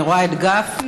אני רואה את גפני,